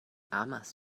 amas